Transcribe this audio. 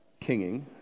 kinging